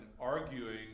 arguing